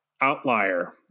outlier